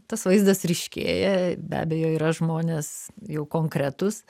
tas vaizdas ryškėja be abejo yra žmonės jau konkretūs